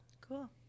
cool